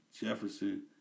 Jefferson